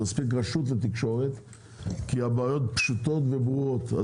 מספיק רשות התקשורת כי הבעיות פשוטות וברורות.